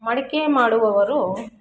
ಮಡಕೆ ಮಾಡುವವರು